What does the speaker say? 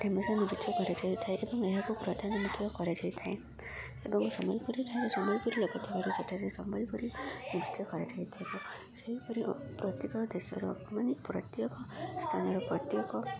ଢେମସା ନୃତ୍ୟ କରାଯାଇଥାଏ ଏବଂ ଏହାକୁ ପ୍ରଧାନ ନୃତ୍ୟ କରାଯାଇଥାଏ ଏବଂ ସମ୍ବଲପୁରୀ ସମ୍ବଲପୁରୀ ଥିବାରୁ ସେଠାରେ ସମ୍ବଲପୁରୀ ନୃତ୍ୟ କରାଯାଇଥାଏ ସେହିପରି ପ୍ରତ୍ୟେକ ଦେଶର ମାନେ ପ୍ରତ୍ୟେକ ସ୍ଥାନର ପ୍ରତ୍ୟେକ